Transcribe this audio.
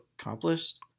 accomplished